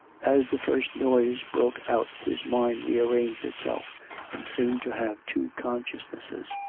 as the first noise broke out his mind rearranged itself and seemed to have two consciousnesses.